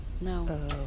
No